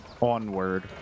onward